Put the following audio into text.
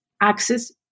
access